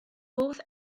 hoff